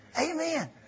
Amen